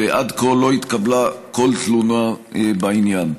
ועד כה לא התקבלה שום תלונה בעניין.